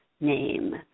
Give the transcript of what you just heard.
name